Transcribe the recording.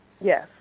yes